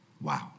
Wow